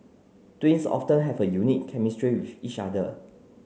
twins often have a unique chemistry with each other